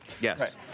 Yes